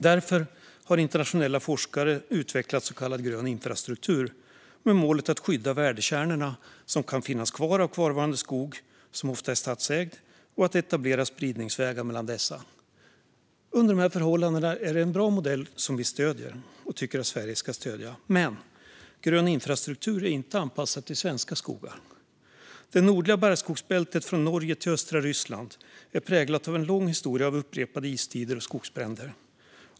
Därför har internationella forskare utvecklat så kallad grön infrastruktur med målet att skydda de värdekärnor som kan finnas kvar av kvarvarande skog, som ofta är statsägd, och att etablera spridningsvägar mellan dessa. Under de här förhållandena är det en bra modell som vi stöder och tycker att Sverige ska stödja. Grön infrastruktur är dock inte anpassad till svenska skogar. Det nordliga barrskogsbältet, från Norge till östra Ryssland, är präglat av en lång historia av upprepade istider och skogsbränder.